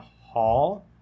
Hall